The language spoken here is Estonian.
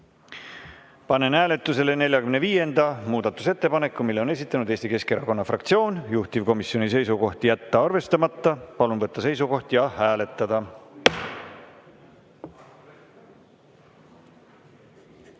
panen hääletusele 54. muudatusettepaneku. Selle on esitanud Eesti Keskerakonna fraktsioon. Juhtivkomisjoni seisukoht on jätta arvestamata. Palun võtta seisukoht ja hääletada!